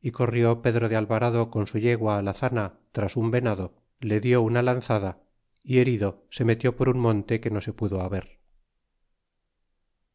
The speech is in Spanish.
y corrió pedro de alvarado con su yegua alazana tras un venado y le dió una lanzada y herido se metió por un monte que no se pudo haber